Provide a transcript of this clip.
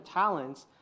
talents